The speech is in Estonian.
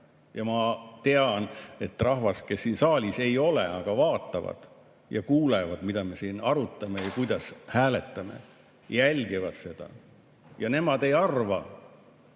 Ja ma tean, et inimesed, keda siin saalis ei ole, aga kes vaatavad ja kuulavad, mida me siin arutame ja kuidas hääletame, jälgivad seda. Nemad ei arva,